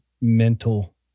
mental